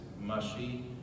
mushy